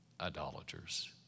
Idolaters